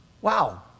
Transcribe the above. Wow